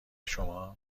شما